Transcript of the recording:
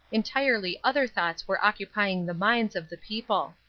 entirely other thoughts were occupying the minds of the people.